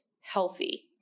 healthy